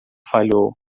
falhou